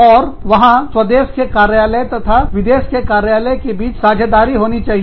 और वहां स्वदेश के कार्यालय तथा विदेश के कार्यालय के बीच साझेदारी होनी चाहिए